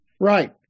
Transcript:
Right